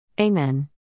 Amen